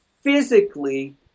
physically